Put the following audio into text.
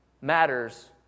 matters